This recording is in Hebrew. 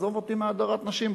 עזוב אותי מהדרת נשים,